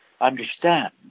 understand